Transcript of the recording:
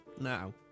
now